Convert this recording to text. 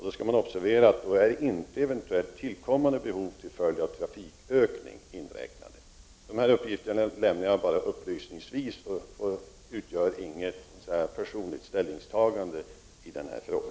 Då skall man observera att eventuellt tillkommande behov på grund av trafikökning inte är inräknade. Dessa uppgifter lämnar jag bara upplysningsvis. Det innebär inget personligt ställningstagande i denna fråga.